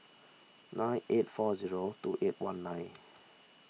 nine eight four zero two eight one nine